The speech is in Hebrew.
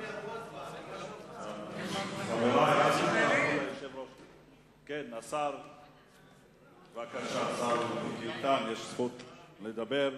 לשר מיקי איתן יש זכות לדבר.